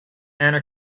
anna